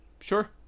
Sure